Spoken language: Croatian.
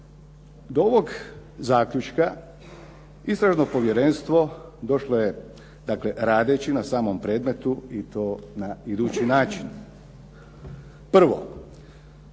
Do ovog zaključka Istražno povjerenstvo došlo je dakle, radeći na samom predmetu i to na idući način. 1.